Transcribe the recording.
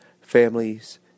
families